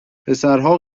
پسرها